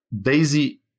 Daisy